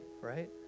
right